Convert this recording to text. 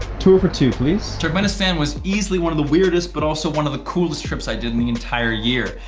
tour for two please. turkmenistan was easily one of the weirdest but also one of the coolest trips i did in the entire year.